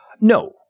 no